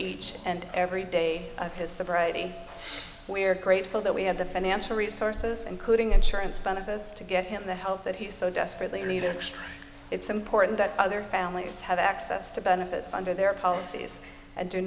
each and every day of his sobriety we are grateful that we have the financial resources including insurance fund of us to get him the help that he so desperately needed it's important that other families have access to benefits under their policies and do